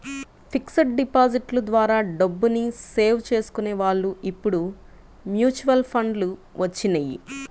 fixed డిపాజిట్ల ద్వారా డబ్బుని సేవ్ చేసుకునే వాళ్ళు ఇప్పుడు మ్యూచువల్ ఫండ్లు వచ్చినియ్యి